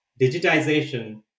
digitization